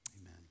Amen